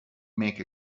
make